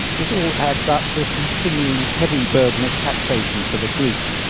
this all adds up to a continuing, heavy burden of taxation for the greeks.